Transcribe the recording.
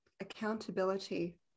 accountability